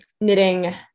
knitting